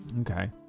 Okay